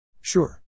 Sure